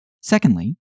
Secondly